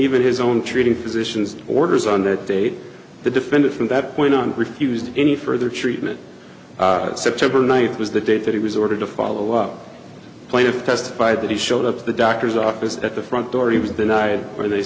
even his own treating physicians orders on that date the defendant from that point on refused any further treatment september ninth was the date that he was ordered to follow up plaintiff testified that he showed up at the doctor's office at the front door he was denied